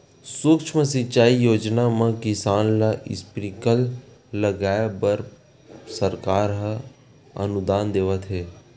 सुक्ष्म सिंचई योजना म किसान ल स्प्रिंकल लगाए बर सरकार ह अनुदान देवत हे